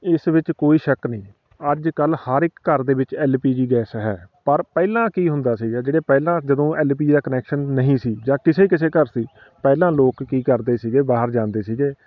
ਇਸ ਵਿੱਚ ਕੋਈ ਸ਼ੱਕ ਨਹੀਂ ਅੱਜ ਕੱਲ੍ਹ ਹਰ ਇੱਕ ਘਰ ਦੇ ਵਿੱਚ ਐੱਲ ਪੀ ਜੀ ਗੈਸ ਹੈ ਪਰ ਪਹਿਲਾਂ ਕੀ ਹੁੰਦਾ ਸੀਗਾ ਜਿਹੜੇ ਪਹਿਲਾਂ ਜਦੋਂ ਐੱਲ ਪੀ ਜੀ ਦਾ ਕਨੈਕਸ਼ਨ ਨਹੀਂ ਸੀ ਜਾਂ ਕਿਸੇ ਕਿਸੇ ਘਰ ਸੀ ਪਹਿਲਾਂ ਲੋਕ ਕੀ ਕਰਦੇ ਸੀਗੇ ਬਾਹਰ ਜਾਂਦੇ ਸੀਗੇ